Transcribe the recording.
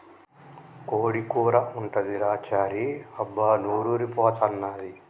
కోడి కూర ఉంటదిరా చారీ అబ్బా నోరూరి పోతన్నాది